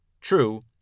True